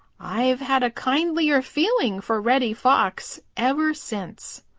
i've had a kindlier feeling for reddy fox ever since.